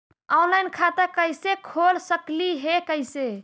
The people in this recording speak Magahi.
ऑनलाइन खाता कैसे खोल सकली हे कैसे?